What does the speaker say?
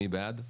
מי בעד?